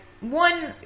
one